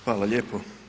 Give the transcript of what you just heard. Hvala lijepo.